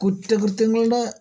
കുറ്റകൃത്യങ്ങളുടെ